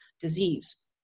disease